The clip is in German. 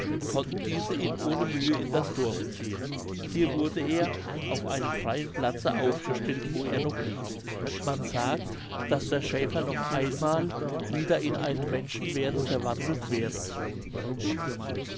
konnten diese ihn ohne mühe in das dorf ziehen hier wurde er auf einem freien platze aufgestellt wo er noch liegt man sagt daß der schäfer noch einmal wieder in einen menschen werde verwandelt werden